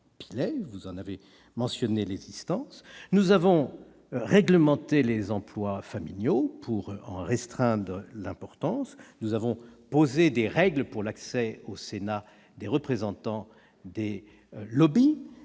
été par Jean-Jacques Hyest. Nous avons réglementé les emplois familiaux, pour en restreindre l'importance. Nous avons posé des règles pour l'accès au Sénat des représentants des et